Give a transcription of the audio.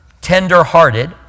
tender-hearted